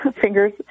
Fingers